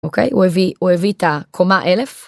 אוקיי הוא הביא הוא הביא את הקומה אלף.